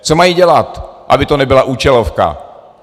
Co mají dělat, aby to nebyla účelovka?